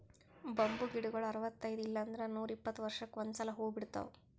bamboo ಗಿಡಗೊಳ್ ಅರವತೈದ್ ಇಲ್ಲಂದ್ರ ನೂರಿಪ್ಪತ್ತ ವರ್ಷಕ್ಕ್ ಒಂದ್ಸಲಾ ಹೂವಾ ಬಿಡ್ತಾವ್